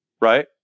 right